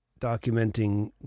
documenting